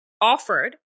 offered